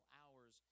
hours